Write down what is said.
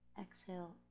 Exhale